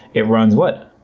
it runs what?